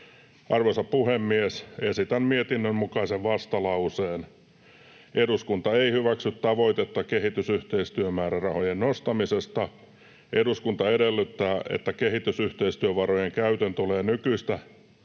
Arvoisa puhemies! Esitän mietinnön mukaisen vastalauseen: ”Eduskunta ei hyväksy tavoitetta kehitysyhteistyömäärärahojen nostamisesta. Eduskunta edellyttää, että kehitysyhteistyövarojen käytön tulee olla nykyistä